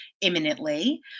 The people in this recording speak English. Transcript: imminently